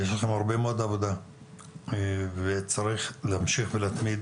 יש לכם הרבה מאוד עבודה וצריך להמשיך ולהתמיד.